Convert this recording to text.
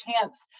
chance